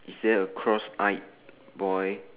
is there a cross eyed boy